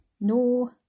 no